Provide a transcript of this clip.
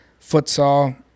futsal